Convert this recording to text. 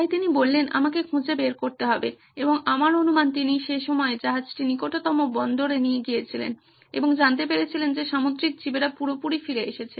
তাই তিনি বললেন আমাকে খুঁজে বের করতে হবে এবং আমার অনুমান তিনি সে সময় জাহাজটি নিকটতম বন্দরে নিয়ে গিয়েছিলেন এবং জানতে পেরেছিলেন যে সামুদ্রিক জীবেরা পুরোপুরি ফিরে এসেছে